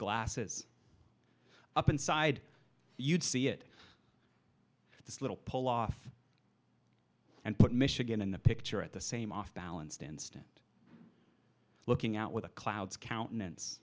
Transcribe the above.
glasses up inside you'd see it this little pull off and put michigan in the picture at the same off balanced instant looking out with the clouds count